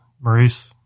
Maurice